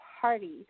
party